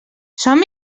som